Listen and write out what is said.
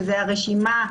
שזה הרשימה,